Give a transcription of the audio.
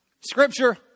Scripture